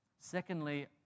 Secondly